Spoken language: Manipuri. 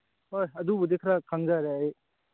ꯍꯣꯏ ꯑꯗꯨꯕꯨꯗꯤ ꯈꯔ ꯈꯪꯖꯔꯦ ꯑꯩ